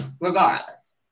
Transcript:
regardless